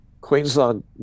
Queensland